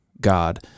God